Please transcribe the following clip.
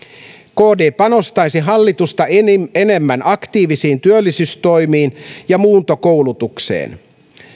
kd panostaisi hallitusta enemmän enemmän aktiivisiin työllisyystoimiin ja muuntokoulutukseen